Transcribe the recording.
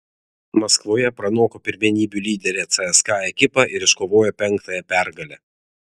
maskvoje pranoko pirmenybių lyderę cska ekipą ir iškovojo penktąją pergalę